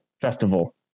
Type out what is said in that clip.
Festival